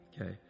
okay